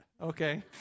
Okay